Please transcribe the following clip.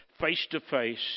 face-to-face